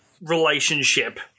relationship